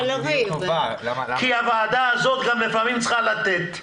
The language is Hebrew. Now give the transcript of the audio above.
כי הוועדה הזאת גם לפעמים צריכה לתת.